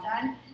done